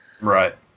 Right